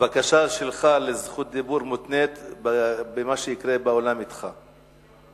הבקשה שלך לזכות דיבור מותנית במה שיקרה באולם אתך.